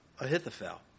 Ahithophel